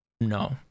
No